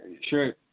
Sure